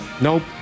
Nope